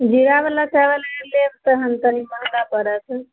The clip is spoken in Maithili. जीरा बाला चाबल लेब तहन तऽ महगा पड़त